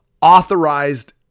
authorized